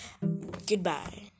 Goodbye